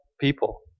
people